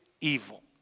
evil